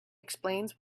explains